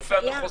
הרופא המחוזי.